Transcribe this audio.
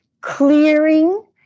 clearing